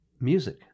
music